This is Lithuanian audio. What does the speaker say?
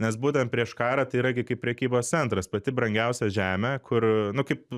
nes būtent prieš karą tai yra gi kaip prekybos centras pati brangiausia žemė kur nu kaip